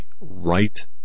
right